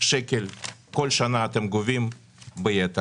שקל כל שנה אתם גובים ביתר.